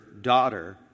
Daughter